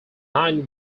nine